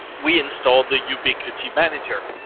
we install the ubiquiti manager.